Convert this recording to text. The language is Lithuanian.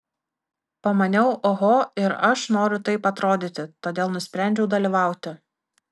pamaniau oho ir aš noriu taip atrodyti todėl nusprendžiau dalyvauti